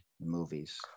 movies